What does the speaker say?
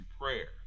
prayer